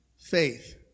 faith